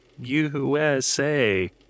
USA